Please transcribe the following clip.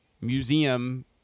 museum